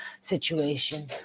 situation